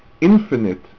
Infinite